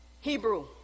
Hebrew